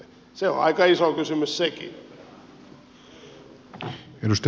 se on aika iso kysymys sekin